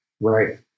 right